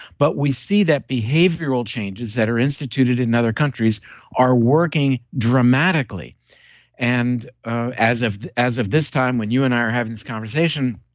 but we see that behavioral changes that are instituted in other countries are working dramatically and as of as of this time when you and i are having this conversation,